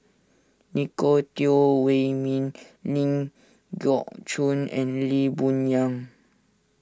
Nicolette Teo Wei Min Ling Geok Choon and Lee Boon Yang